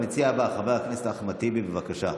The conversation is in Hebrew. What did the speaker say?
המציע הבא, חבר הכנסת אחמד טיבי, בבקשה.